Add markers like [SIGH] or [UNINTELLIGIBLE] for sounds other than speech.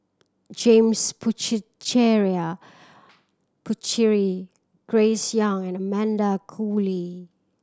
James [UNINTELLIGIBLE] Puthucheary Grace Young and Amanda Koe Lee